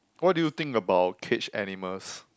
what do you think about caged animals